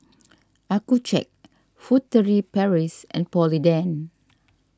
Accucheck Furtere Paris and Polident